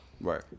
right